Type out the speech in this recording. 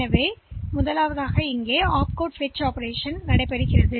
எனவே இப்போது நாங்கள் ஆப்கோட் பெறுதல் செயல்பாட்டைப் பெற்றுள்ளோம்